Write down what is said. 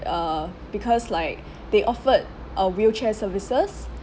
uh because like they offered a wheelchair services